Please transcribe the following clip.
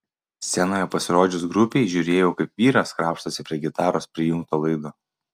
scenoje pasirodžius grupei žiūrėjau kaip vyras krapštosi prie gitaros prijungto laido